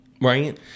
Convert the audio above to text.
Right